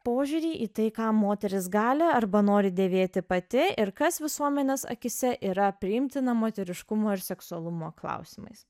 požiūrį į tai ką moteris gali arba nori dėvėti pati ir kas visuomenės akyse yra priimtina moteriškumo ir seksualumo klausimais